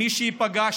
מי שייפגע,